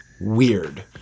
WEIRD